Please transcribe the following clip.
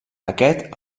aquest